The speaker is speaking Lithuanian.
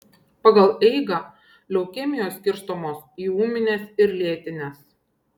pagal eigą leukemijos skirstomos į ūmines ir lėtines